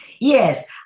Yes